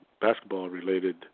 basketball-related